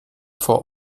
for